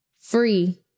free